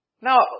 Now